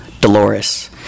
Dolores